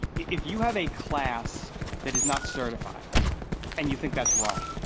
if you have a class that is not certified and you think that's wrong,